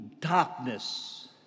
darkness